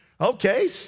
Okay